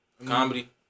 Comedy